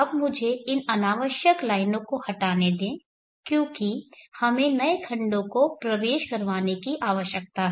अब मुझे इन अनावश्यक लाइनों को हटाने दें क्योंकि हमें नए खंडो को प्रवेश करवाने की आवश्यकता है